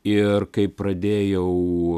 ir kai pradėjau